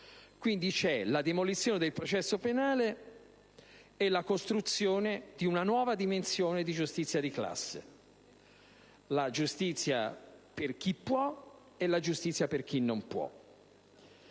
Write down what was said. quindi, la demolizione del processo penale e la costruzione di una nuova dimensione di giustizia di classe: la giustizia per chi può e la giustizia per chi non può.